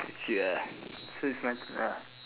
it's ya so it's my turn ah